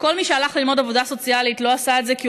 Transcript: כל מי שהלך ללמוד עבודה סוציאלית לא עשה את זה כי הוא